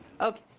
Okay